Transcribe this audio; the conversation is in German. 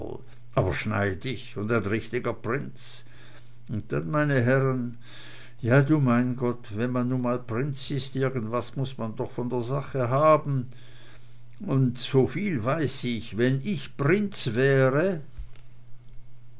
aber schneidig und ein richtiger prinz und dann meine herren ja du mein gott wenn man nu mal prinz is irgendwas muß man doch von der sache haben und soviel weiß ich wenn ich prinz wäre